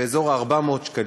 באזור ה-400 שקלים.